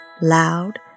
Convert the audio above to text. loud